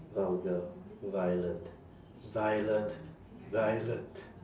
vulgar violent violent violent